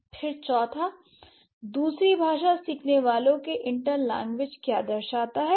फिर चौथा दूसरी भाषा सीखने वालों के इंटरलैंग्वेज क्या दर्शाता है